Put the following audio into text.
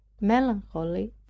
melancholy